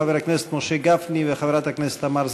חבר הכנסת משה גפני וחברת הכנסת תמר זנדברג,